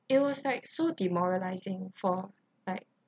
it was like so demoralising for like